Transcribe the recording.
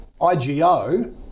IGO